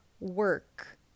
work